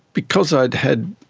because i had